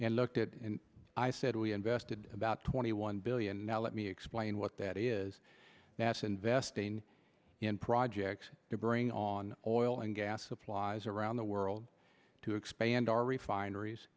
and looked at it and i said we invested about twenty one billion now let me explain what that is that's investing in projects to bring on oil and gas supplies around the world to expand our refineries